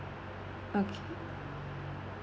okay